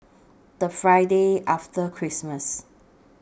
The Friday after Christmas